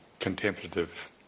contemplative